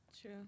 True